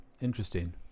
interesting